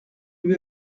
lui